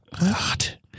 God